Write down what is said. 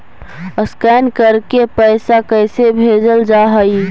Scan करके पैसा कैसे भेजल जा हइ?